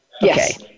Yes